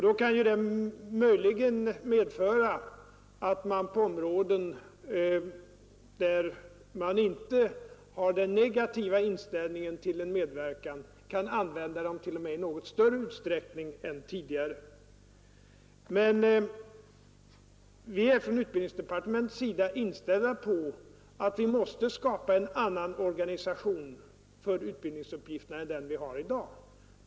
Det kan möjligen medföra att man på de områden där man inte har en negativ inställning till en medverkan kan använda dem, t.o.m. i något större utsträckning än tidigare. Vi är i utbildningsdepartementet inställda på att vi måste skapa en annan organisation för utbildningsuppgifterna än den vi har i dag.